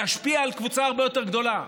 להשפיע על קבוצה הרבה יותר גדולה.